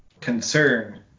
concern